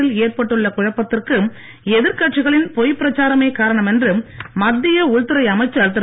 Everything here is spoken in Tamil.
குடியுரிமை ஏற்பட்டுள்ள குழப்பத்திற்கு எதிர்கட்சிகளின் பொய் பிரச்சாரமே காரணம் என்று மத்திய உள்துறை அமைச்சர் திரு